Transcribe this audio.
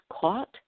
caught